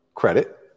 Credit